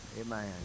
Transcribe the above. amen